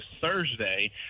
Thursday